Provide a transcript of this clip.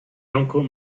uncle